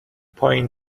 پایین